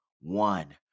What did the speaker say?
One